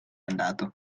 andato